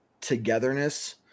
togetherness